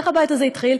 איך הבית הזה התחיל?